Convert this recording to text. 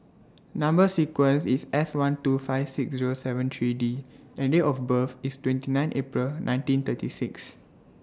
Number sequence IS S one two five six Zero seven three D and Date of birth IS twenty nine April nineteen thirty six